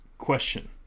question